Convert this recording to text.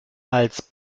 als